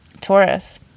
Taurus